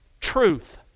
truth